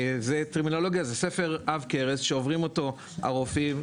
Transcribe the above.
טרמינולוגיה זה ספר עב כרס שעוברים אותו הרופאים,